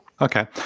Okay